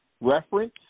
Reference